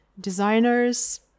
designers